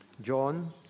John